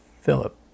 Philip